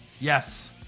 Yes